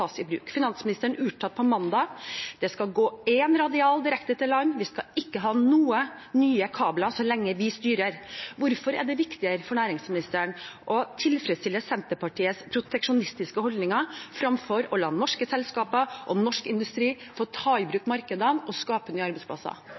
tas i bruk. Finansministeren uttalte på mandag at det skal gå én radial direkte til land og vi skal ikke ha noen nye kabler så lenge vi styrer. Hvorfor er det viktigere for næringsministeren å tilfredsstille Senterpartiets proteksjonistiske holdninger fremfor å la norske selskaper og norsk industri få ta i bruk